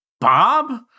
Bob